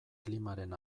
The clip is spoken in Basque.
klimaren